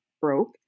broke